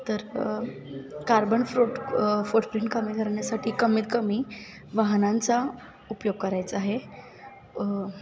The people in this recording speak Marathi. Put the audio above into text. तर कार्बन फ्रूट फुटप्रिंट कमी करण्यासाठी कमीत कमी वाहनांचा उपयोग करायचा आहे